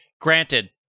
granted